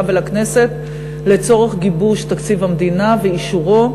ולכנסת לצורך גיבוש תקציב המדינה ואישורו.